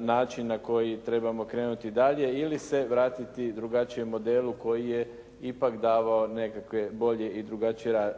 način na koji trebamo krenuti dalje ili se vratiti drugačijem modelu koji je ipak davao nekakve bolje i drugačije